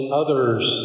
others